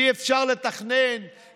אי-אפשר לתכנן,